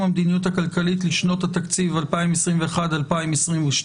המדיניות הכלכלית לשנות התקציב 2021 ו-2022),